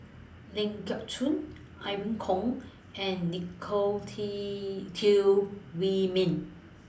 Ling Geok Choon Irene Khong and Nicolette Teo Wei Min